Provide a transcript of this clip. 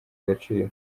agaciro